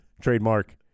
trademark